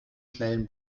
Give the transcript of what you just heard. schnellen